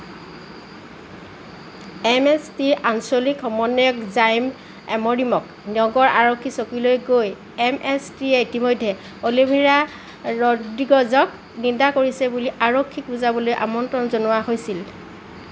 N S T আঞ্চলিক সমন্বয়ক জাইম এম'ডিম'ক নগৰ আৰক্ষী চকীলৈ গৈ এন এছ টিয়ে ইতিমধ্যে এল'ভেৰা ৰডগজক নিন্দা কৰিছে বুলি আৰক্ষীক বুজাবলৈ আমন্ত্ৰণ জনোৱা হৈছিল